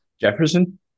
Jefferson